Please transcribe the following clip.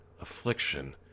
affliction